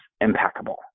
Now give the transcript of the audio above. impeccable